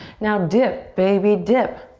now dip, baby, dip.